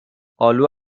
آلو